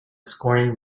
scoring